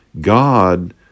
God